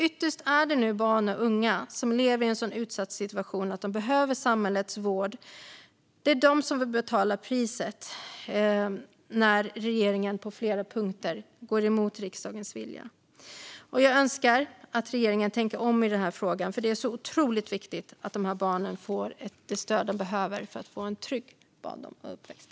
Ytterst är det nu barn och unga som lever i en så utsatt situation att de behöver samhällets vård som får betala priset när regeringen på flera punkter går emot riksdagens vilja. Jag önskar att regeringen tänker om i denna fråga, för det är otroligt viktigt att dessa barn får det stöd som de behöver för att få en trygg barndom och uppväxt.